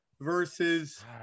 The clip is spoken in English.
versus